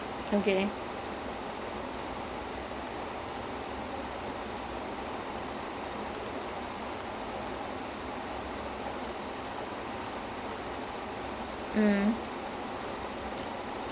so that is his role of the show so then as the seasons end lah then everyone will slowly go their separate ways and then he also finally has to lose the house where they all lived and grew up in